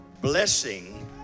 Blessing